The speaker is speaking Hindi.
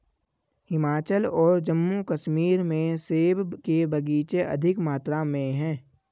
हिमाचल और जम्मू कश्मीर में सेब के बगीचे अधिक मात्रा में है